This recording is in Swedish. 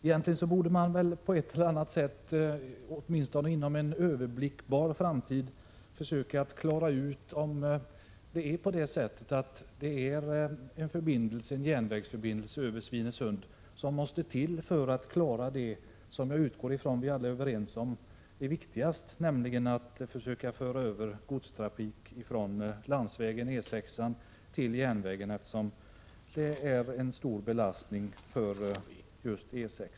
Man borde inom en överblickbar framtid försöka få klarhet i om det är en järnvägsförbindelse över Svinesund som måste till för att vi skall kunna klara det som jag utgår ifrån att vi alla ser som viktigast, nämligen att försöka föra över godstrafik från E 6 till järnvägen. Godstrafiken innebär ju en stor belastning för just E6.